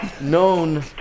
known